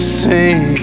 sing